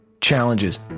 challenges